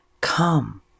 come